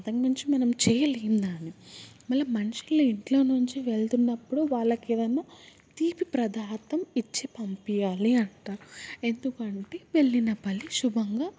అంతకుమించి మనం చెయ్యలేం దాన్ని మళ్ళీ మనుషులు ఇంట్లో నుంచి వెళ్తున్నప్పుడు వాళ్ళకేదన్న తీపి ప్రదార్ధం ఇచ్చి పంపియ్యాలి అంటారు ఎందుకంటే వెళ్ళిన పని శుభంగా